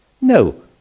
No